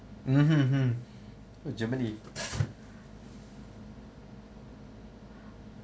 mmhmm hmm uh germany